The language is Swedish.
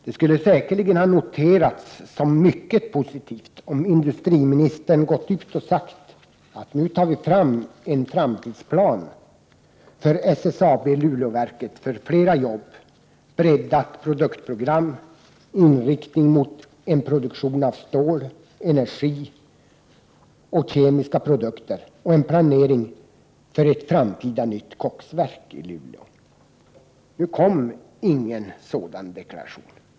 Det skulle säkerligen ha noterats som mycket positivt om industriministern gått ut och sagt att nu tar vi fram en framtidsplan för SSAB-Luleåverket, för flera jobb, breddat produktprogram, inriktning mot en produktion av stål, energi och kemiska produkter och en planering för ett framtida nytt koksverk i Luleå. Nu kom ingen sådan deklaration.